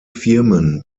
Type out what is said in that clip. firmen